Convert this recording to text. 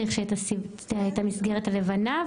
צריך שתהיה המסגרת הלבנה,